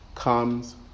comes